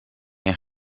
een